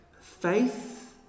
Faith